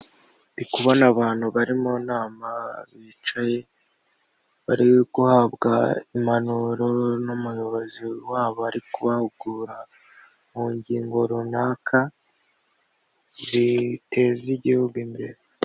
Ndi kubona abantu bari mu nama bicaye, bari guhabwa impanuro n'umuyobozi wabo ari kubahugura mu ngingo runaka ziteza igihugu imbere.